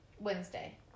Wednesday